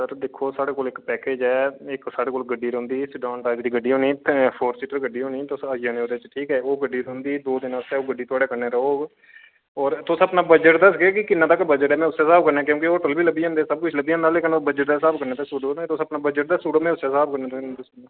sir दिक्खो साढ़े कोल इक पैकेज ऐ इक साढ़े कोल गड्डी रौंह्दी ऐ सिडान टाइप दी गड्डी होनी ते फोर सीटर गड्डी होनी ते तुसें आई जाने ओह्दे च ठीक ओह् गड्डी तुं'दी दो दिन आस्तै ओह् गड्डी थुआढ़े कन्नै रौह्ग और तुस अपना बजट दस्सगे कि किन्ने तक्कर बजट ऐ में उस्सै स्हाब कन्नै क्योंकि होटल बी लब्भी जंदे सब किश लब्बी जंदा लेकिन ओह् बजट दे स्हाब कन्नै दस्सी ओड़ो ना तुस अपना बजट दस्सी ओड़ो में उस्सै स्हाब कन्नै तुसें गी